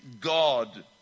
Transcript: god